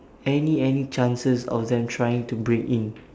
any any chances of them trying to break in